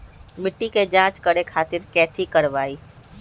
मिट्टी के जाँच करे खातिर कैथी करवाई?